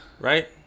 right